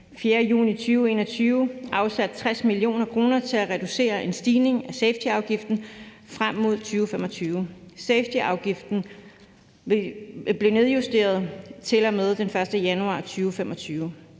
4. juni 2021 afsat 60 mio. kr. til at reducere en stigning af safetyafgiften frem mod 2025. Safetyafgiften blev nedjusteret til og med den 1. januar 2025.